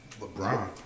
LeBron